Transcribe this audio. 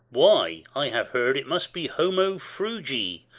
why, i have heard he must be homo frugi,